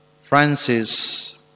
Francis